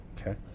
Okay